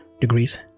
degrees